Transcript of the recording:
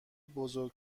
بزرگ